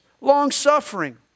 long-suffering